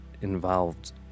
involved